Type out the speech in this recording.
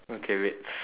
okay wait